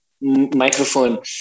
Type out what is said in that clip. microphone